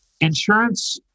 Insurance